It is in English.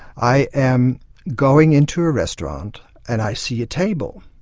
i am going into a restaurant and i see a table,